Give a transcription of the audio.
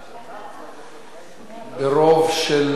ברוב של 13 תומכים,